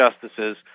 justices